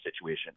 situation